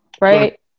right